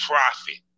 Profit